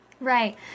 Right